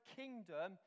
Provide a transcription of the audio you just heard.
kingdom